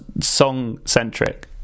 song-centric